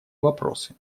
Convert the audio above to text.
вопросы